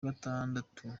gatandatu